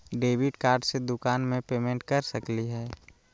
Debit card से दुकान में पेमेंट कर सकली हई?